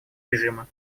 режима